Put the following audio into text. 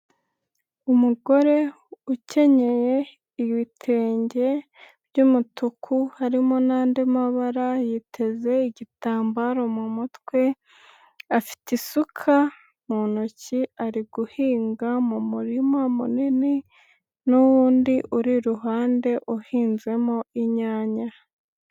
Umugore ukenyeye ibitenge by'umutuku harimo n'andi mabara, yiteze igitambaro mu mutwe, afite isuka mu ntoki ari guhinga mu murima munini n'uwundi uri iruhande uhinzemo inyanya.